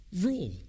rule